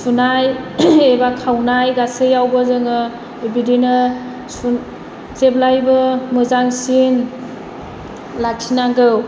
सुनाय एबा खावनाय गासैयावबो जोङो बिदिनो सुन जेब्लायबो मोजांसिन लाखिनांगौ